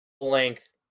length